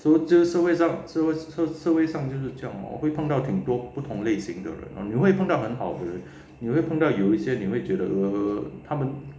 就是社会社会上就是这样 lor 会碰到很多不同类型的人你会碰到很好的人你会碰到有一些你会觉得 err 他们